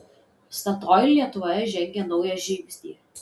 statoil lietuvoje žengia naują žingsnį